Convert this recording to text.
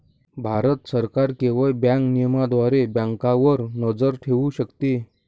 भारत सरकार केवळ बँक नियमनाद्वारे बँकांवर नजर ठेवू शकते